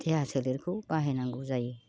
देहा सोलेरखौ बाहायनांगौ जायो